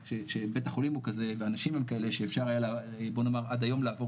שבית החולים הוא כזה והאנשים הם כאלה שאפשר היה עד היום לעבור